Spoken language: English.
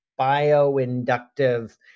bioinductive